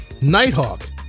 Nighthawk